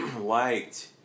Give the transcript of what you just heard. liked